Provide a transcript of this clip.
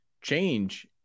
change